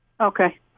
okay